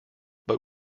but